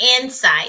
insight